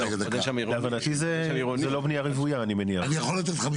להבנתי זה לא בנייה רוויה, אני מניח.